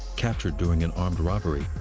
captured during an armed robbery,